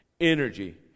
energy